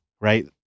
right